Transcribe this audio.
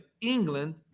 England